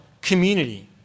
community